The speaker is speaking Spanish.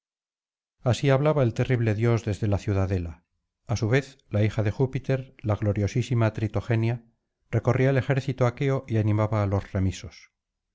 así hablaba el terrible dios desde la ciudadela a su vez la hija de júpiter la gloriosísima tritogenia recorría el ejército aqueo y animaba á los remisos